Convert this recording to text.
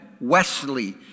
Wesley